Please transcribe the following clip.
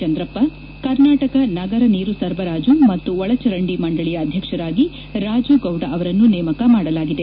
ಚಂದ್ರಪ್ಪ ಕರ್ನಾಟಕ ನಗರ ನೀರು ಸರಬರಾಜು ಮತ್ತು ಬಳಚರಂಡಿ ಮಂಡಳಿಯ ಅಧ್ಯಕ್ಷರಾಗಿ ರಾಜು ಗೌಡ ಅವರನ್ನು ನೇಮಕ ಮಾಡಲಾಗಿದೆ